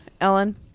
Ellen